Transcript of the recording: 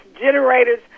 generators